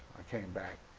i came back,